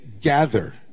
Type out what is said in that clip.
gather